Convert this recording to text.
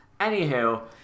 Anywho